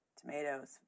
tomatoes